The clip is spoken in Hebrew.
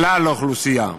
כלל האוכלוסייה.